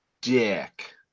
dick